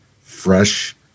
fresh